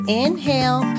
inhale